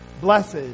Blessed